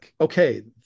okay